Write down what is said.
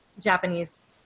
japanese